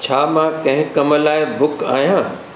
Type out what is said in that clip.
छा मां कंहिं कम लाइ बुक आहियां